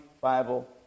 Bible